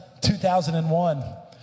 2001